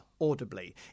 audibly